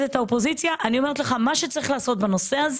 כל מה שצריך לעשות בנושא הזה